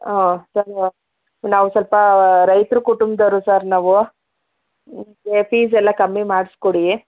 ಹಾಂ ಸರ್ ನಾವು ಸ್ವಲ್ಪ ರೈತ್ರ ಕುಟುಂಬ್ದವ್ರು ಸರ್ ನಾವು ನಮಗೆ ಫೀಸೆಲ್ಲ ಕಮ್ಮಿ ಮಾಡಿಸ್ಕೊಡಿ